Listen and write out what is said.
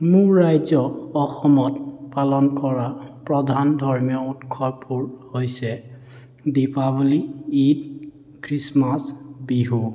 মোৰ ৰাজ্য অসমত পালন কৰা প্ৰধান ধৰ্মীয় উৎসৱবোৰ হৈছে দীপাৱলী ঈদ খ্ৰীষ্টমাছ বিহু